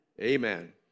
Amen